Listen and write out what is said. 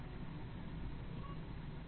Laplacian कहा जाता है